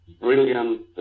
brilliant